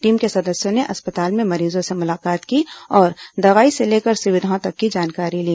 team के सदस्यों ने अस्पताल में मरीजों से मुलाकात की और दवाई से लेकर सुविधाओं तक की जानकारी ली